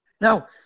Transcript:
Now